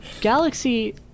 Galaxy